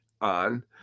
on